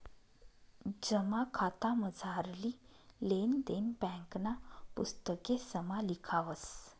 जमा खातामझारली लेन देन ब्यांकना पुस्तकेसमा लिखावस